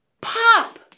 pop